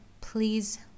please